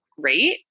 great